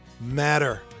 matter